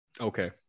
Okay